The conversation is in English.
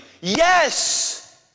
Yes